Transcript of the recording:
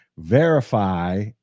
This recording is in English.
Verify